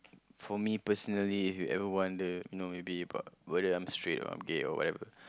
for me personally if you ever wonder you know maybe about whether I'm straight or I'm gay whatever